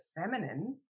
feminine